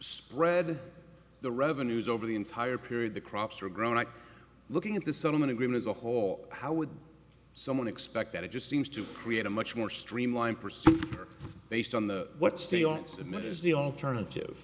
spread the revenues over the entire period the crops are grown and looking at the settlement agreements a whole how would someone expect that it just seems to create a much more streamlined pursuit based on the what stay on cement is the alternative